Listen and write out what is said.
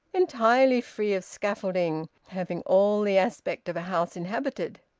entirely free of scaffolding, having all the aspect of a house inhabited.